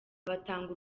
batanga